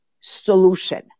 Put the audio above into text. solution